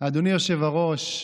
אדוני היושב-ראש,